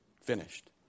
Finished